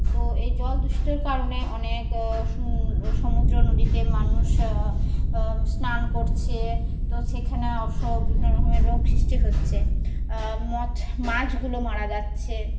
তো এই জল দূষিতর কারণে অনেক সুন সমুদ্র নদীতে মানুষ স্নান করছে তো সেইখানে অসুখ বিভিন্ন রকমের রোগ সৃষ্টি হচ্ছে মছ মাছগুলো মারা যাচ্ছে